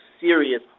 serious